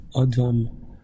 Adam